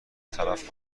تلف